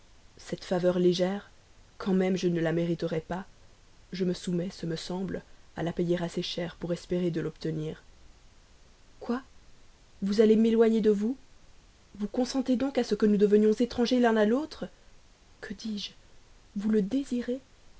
cette faveur légère quand même je ne la mériterais pas je me soumets ce me semble à la payer assez cher pour espérer de l'obtenir quoi vous allez m'éloigner de vous vous consentez donc à ce que nous devenions étrangers l'un à l'autre que dis-je vous le désirez